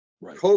right